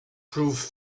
prove